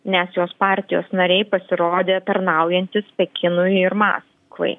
nes jos partijos nariai pasirodė tarnaujantis pekinui ir maskvai